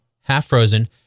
half-frozen